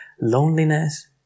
loneliness